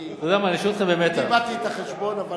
אני, אני איבדתי את החשבון.